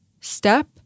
step